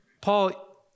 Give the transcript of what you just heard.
Paul